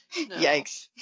Yikes